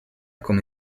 come